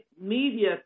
media